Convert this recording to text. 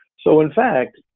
so in fact,